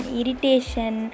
irritation